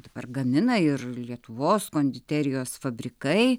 dabar gamina ir lietuvos konditerijos fabrikai